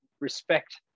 respect